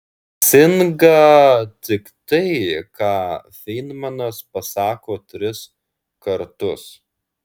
teisinga tik tai ką feinmanas pasako tris kartus